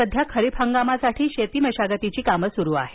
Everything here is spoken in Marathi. सध्या खरीप हंगामासाठी शेती मशागतीची कामं सुरू आहेत